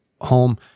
home